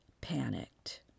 panicked